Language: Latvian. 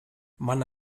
mana